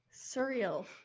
surreal